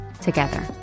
together